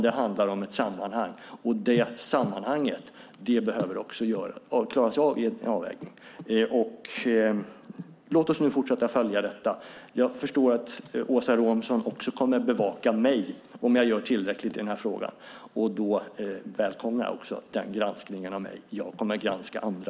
Det handlar om ett sammanhang, och det sammanhanget behöver också klaras av i en avvägning. Låt oss fortsätta att följa detta. Jag förstår att Åsa Romson också kommer att bevaka mig och om jag gör tillräckligt i frågan och välkomnar även den granskningen av mig. Jag i min tur kommer att granska andra.